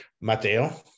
Mateo